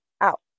out